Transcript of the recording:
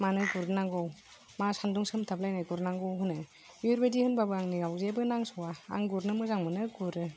मानो गुरनांगौ मा सान्दुं सोमथाबलायनाय गुरनांगौ होनो बेबायदि होनबाबो आंनिआव जेबो नांस'या आं गुरनो मोजां मोनो गुरो